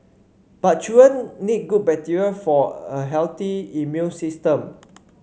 but children need good bacteria for a healthy immune system